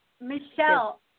Michelle